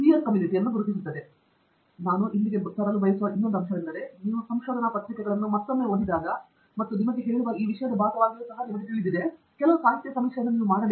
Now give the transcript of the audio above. professor Pratap Haridos ಆದ್ದರಿಂದ ನಾನು ಇಲ್ಲಿ ಹೊರಗೆ ತರಲು ಬಯಸುವ ಒಂದು ಅಂಶವೆಂದರೆ ನೀವು ಸಂಶೋಧನಾ ಪತ್ರಿಕೆಗಳನ್ನು ಓದಿದಾಗ ಮತ್ತೊಮ್ಮೆ ಮತ್ತು ನೀವು ಹೇಳುವ ಈ ವಿಷಯದ ಭಾಗವಾಗಿ ನಿಮಗೆ ತಿಳಿದಿದೆ ಕೆಲವು ಸಾಹಿತ್ಯ ಸಮೀಕ್ಷೆ ಮತ್ತು ಹೀಗೆ ಮಾಡಬೇಕು